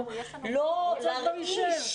להזכיר,